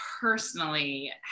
personally